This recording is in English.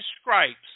stripes